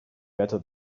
better